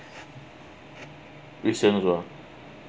recent